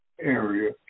area